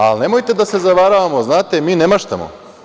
Ali, nemojte da se zavaravamo, znate, mi ne maštamo.